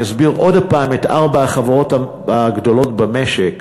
ואני אסביר עוד פעם על ארבע החברות הגדולות במשק,